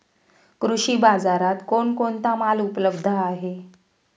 कृषी बाजारात कोण कोणता माल उपलब्ध आहे?